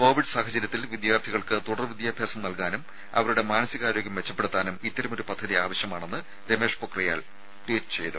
Covid സാഹചര്യത്തിൽ വിദ്യാർത്ഥികൾക്ക് തുടർ വിദ്യാഭ്യാസം നൽകാനും അവരുടെ മാനസികാരോഗ്യം മെച്ചപ്പെടുത്താനും ഇത്തരമൊരു പദ്ധതി ആവശ്യമാണെന്ന് രമേഷ് പൊക്രിയാൽ ട്വീറ്റ് ചെയ്തു